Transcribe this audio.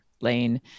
lane